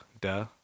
Duh